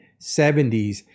70s